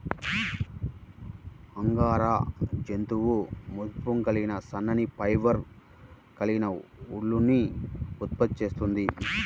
angora జంతువు మృదుత్వం కలిగిన సన్నని ఫైబర్లు కలిగిన ఊలుని ఉత్పత్తి చేస్తుంది